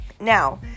Now